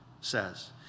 says